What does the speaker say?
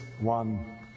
one